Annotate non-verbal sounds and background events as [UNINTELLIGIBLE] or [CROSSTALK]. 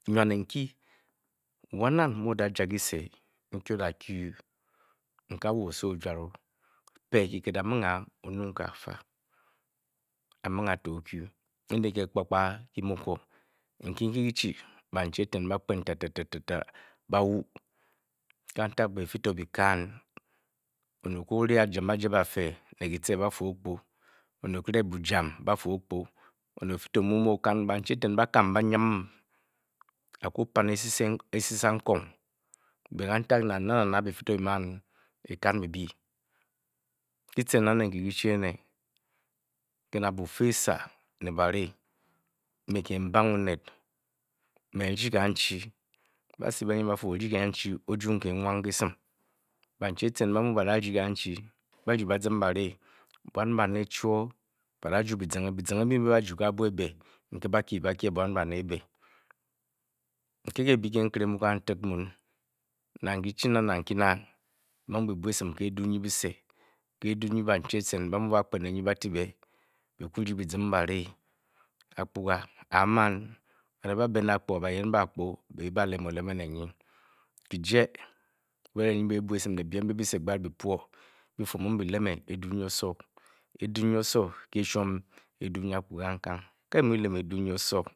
[UNINTELLIGIBLE] Wan nnan mu odaja kyisenkyi odakyu a wo osowo o|jwane o-pii kyikit, a-ming a o-nung ke kafa, a-ming a to o-kyu Ene nke kpakpa kyn|ma ko Nkyi nke kyi|ehi banchi eten ba-kpen tete ba-wu. Kantik, be byifi to byi-kan onet o-ku o-ne bajam aje bafee ne kyice, ba|fa oo|kpu. Onet okiri bujam ba|fa oo|kpu onet ofi to mu mu o-kan n Banchi etwn ba|kan tete ba-fyiryi a-kupan esisa nkong, be kantik. nang na nang na byifi to by-kan byi-byi. Kyi-cen na ne nkyi kyi-chi i ene. Ke na bufa esa ne bari, ke ne me kiimbang onet me n-ryi i kanchi. Ba|set be ba|fu, oryi kanchi o-ju ng kiinwa ke esim Banchi etem ba|mu badaryn kanchiBa|ryi ba-ziim bari. Bwan bone chwoo bada|ju byizinge Byizinge mbyi mbe ba|ju ke abwo ebe ke ba|kyii ba-kye bwan bone ebe. Nke kiibyi ka nkere mu kantik mun, nang kyi-chii na, nang nkyi na ba ng byi|bwa esim ke eduu nyi eten nyi byise, Eduu nyi banchi ba|mu ba|kpet ba-ti be, byi-kuryi by-ziin bari. Akpuga nemen banet ba|be ne akpuga bayen ban|kpu, be byi|baleene oleme ne nyi. Kyije ering nyi bii|bwa esim ne byem mbyi byise byi-pwo byi|fu byi-leme Eduu nyi osowo e|shwom eduu nyi aku kang kang. Ke byi mu byi-leme Eduu nyi osowo.